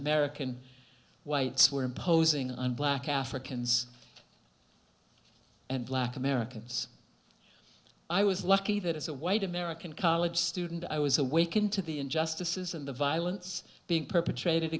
american whites were imposing on black africans and black americans i was lucky that as a white american college student i was awakened to the injustices and the violence being perpetrated